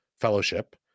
fellowship